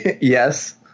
Yes